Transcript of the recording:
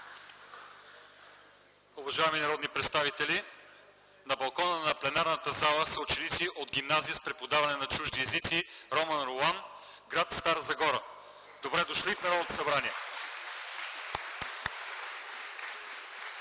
Уважаеми народни представители, на балкона на пленарната зала са ученици от гимназия с преподаване на чужди езици „Ромен Ролан” – гр. Стара Загора. Добре дошли в Народното събрание!